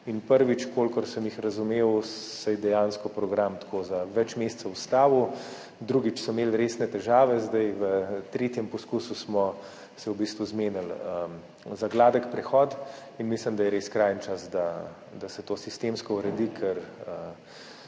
Prvič, kolikor sem jih razumel, se je dejansko program tako za več mesecev ustavil, drugič so imeli resne težave, zdaj, v tretjem poskusu smo se v bistvu zmenili za gladek prehod. Mislim, da je res skrajni čas, da se to sistemsko uredi,